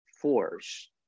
force